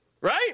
right